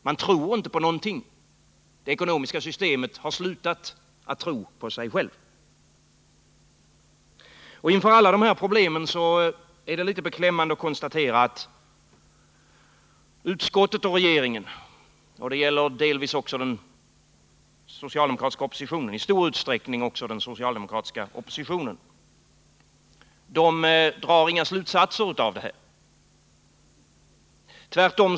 Man tror inte på någonting — det ekonomiska systemet har slutat att tro på sig självt. Det är litet beklämmande att konstatera att utskottet och regeringen — och i stor utsträckning också den socialdemokratiska oppositionen — inte drar några slutsatser då de ställs inför alla de här problemen.